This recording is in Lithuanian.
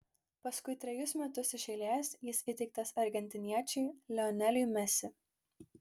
paskui trejus metus iš eilės jis įteiktas argentiniečiui lioneliui messi